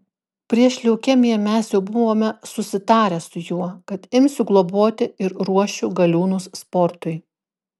prieš leukemiją mes jau buvome susitarę su juo kad imsiu globoti ir ruošiu galiūnus sportui